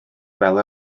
fel